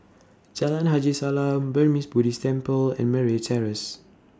Jalan Haji Salam Burmese Buddhist Temple and Murray Terrace